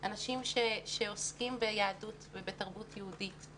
אנשים שעוסקים ביהדות ובתרבות יהודית,